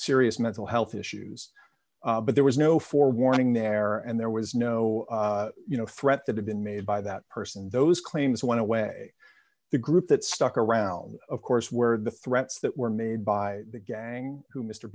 serious mental health issues but there was no forewarning there and there was no you know threat that have been made by that person and those claims went away the group that stuck around of course where the threats that were made by the gang who mr